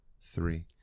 three